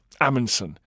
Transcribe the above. Amundsen